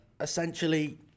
essentially